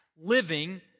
living